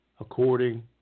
according